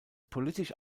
politisch